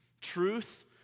Truth